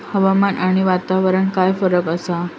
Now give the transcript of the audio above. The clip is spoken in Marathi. हवामान आणि वातावरणात काय फरक असा?